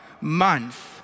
month